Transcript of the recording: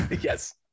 Yes